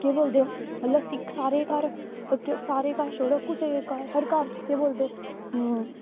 केह् बोलदे लस्सी सारें दे घर सारे घर शोड़ो कुसे दे घर केह् बोलदे